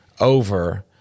over